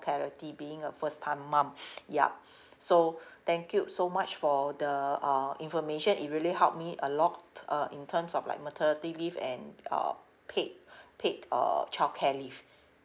clarity being a first time mum yup so thank you so much for the uh information it really help me a lot uh in terms of like maternity leave and uh paid paid uh childcare leave